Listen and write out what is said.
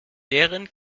deren